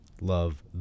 love